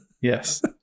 yes